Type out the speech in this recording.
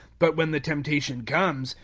but, when the temptation comes,